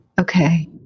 Okay